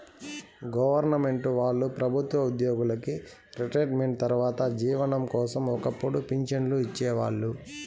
government వాళ్ళు ప్రభుత్వ ఉద్యోగులకి రిటైర్మెంటు తర్వాత జీవనం కోసం ఒక్కపుడు పింఛన్లు ఇచ్చేవాళ్ళు